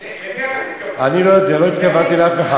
למי אתה מתכוון?